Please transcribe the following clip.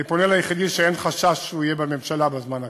אני פונה ליחידי שאין חשש שהוא יהיה בממשלה בזמן הקרוב,